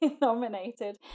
nominated